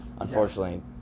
Unfortunately